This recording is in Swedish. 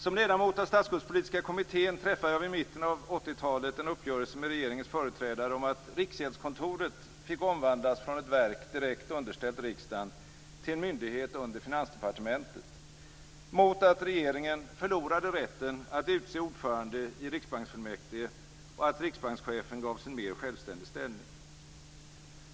Som ledamot av Statsskuldspolitiska kommittén träffade jag vid mitten av 1980-talet en uppgörelse med regeringens företrädare om att Riksgäldskontoret fick omvandlas från ett verk direkt underställt riksdagen till en myndighet under Finansdepartementet mot att regeringen förlorade rätten att utse ordförande i riksbanksfullmäktige och att riksbankschefen gavs en mer självständig ställning.